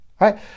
right